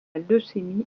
leucémie